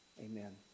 amen